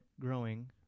growing